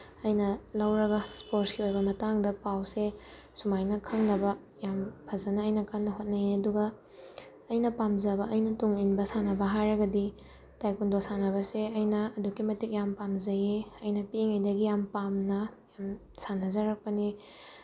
ꯑꯩꯅ ꯂꯧꯔꯒ ꯏꯁꯄꯣꯔꯠꯁꯀꯤ ꯑꯣꯏꯕ ꯃꯇꯥꯡꯗ ꯄꯥꯎꯁꯦ ꯁꯨꯃꯥꯏꯅ ꯈꯪꯅꯕ ꯌꯥꯝ ꯐꯖꯅ ꯑꯩꯅ ꯀꯟꯅ ꯍꯣꯠꯅꯩ ꯑꯗꯨꯒ ꯑꯩꯅ ꯄꯥꯝꯖꯕ ꯑꯩꯅ ꯇꯧꯅꯤꯡꯕ ꯁꯥꯟꯅꯕ ꯍꯥꯏꯔꯒꯗꯤ ꯇꯥꯏꯀꯨꯟꯗꯣ ꯁꯥꯟꯅꯕꯁꯦ ꯑꯩꯅ ꯑꯗꯨꯛꯀꯤ ꯃꯇꯤꯛ ꯌꯥꯝ ꯄꯥꯝꯖꯩꯌꯦ ꯑꯩꯅ ꯄꯤꯛꯏꯉꯩꯗꯒꯤ ꯌꯥꯝ ꯄꯥꯝꯅ ꯌꯥꯝ ꯁꯥꯟꯅꯖꯔꯛꯄꯅꯦ